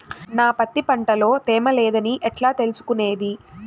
నా పత్తి పంట లో తేమ లేదని ఎట్లా తెలుసుకునేది?